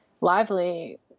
lively